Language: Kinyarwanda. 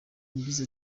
yagize